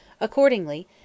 Accordingly